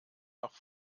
nach